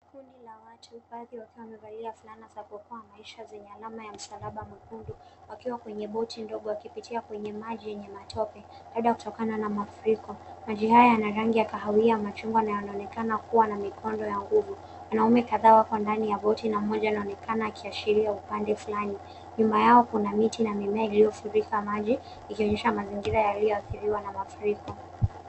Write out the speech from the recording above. Kundi la watu badhi wamevalia fulana za kukoka zenye alama ya rangi nyekundu wakiwa kenye boti ndogo wakipitia kwenye maji yenye matope labda kutoka na mafuriko. Maji haya yana rangi ya kahawia na machungwa na yanaonekana kuwa na mikondo ya nguvu. Wanaume kadhaa wako ndani ya boti na mmoja anaonekana akiashiria upande fulani. Nyuma yao kuna miti na mimea iliyofurika maji ikionyesha mazingira yaliyoadhiriwa na mafuriko